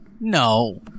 No